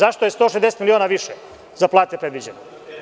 Zašto je 160 miliona više za plate predviđeno?